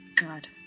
god